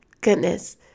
goodness